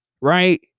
right